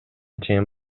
чейин